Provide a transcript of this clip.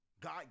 God